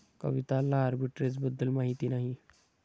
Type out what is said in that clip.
कविताला आर्बिट्रेजबद्दल माहिती नाही